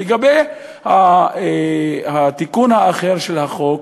לגבי התיקון האחר של החוק,